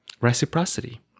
reciprocity